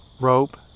rope